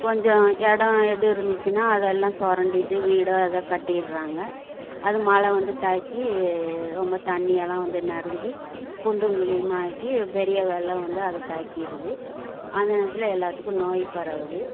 கொஞ்சம் எடம் இது இருந்துச்சினால் அதெல்லாம் சுரண்டிட்டு வீடாக எதா கட்டிடுறாங்க அது மழை வந்து தாக்கி ரொம்ப தண்ணி எல்லாம் வந்து நிரஞ்சி குண்டும் குழியுமாக ஆக்கி பெரிய வெள்ளம் வந்து அது தாக்கிடுது அந்த நேரத்தில் எல்லாத்துக்கும் நோய் பரவுது